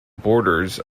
borders